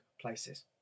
places